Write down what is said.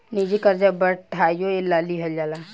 निजी कर्जा पढ़ाईयो ला लिहल जाला